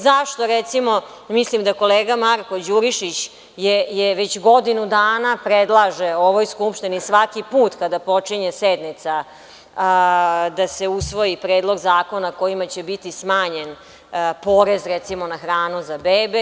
Zašto, recimo, mislim da kolega Marko Đurišić već godinu dana predlaže ovoj Skupštini, svaki put kada počinje sednica da se usvoji predlog zakona kojima će biti smanjen porez, recimo, na hranu za bebe.